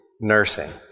nursing